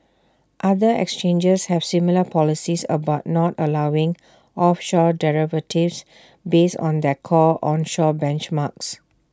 other exchanges have similar policies about not allowing offshore derivatives based on their core onshore benchmarks